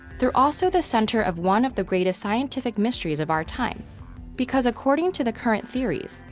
they're also the center of one of the greatest scientific mysteries of our time because according to the current theories,